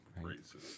Racist